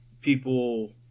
people